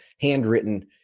handwritten